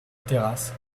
terrasse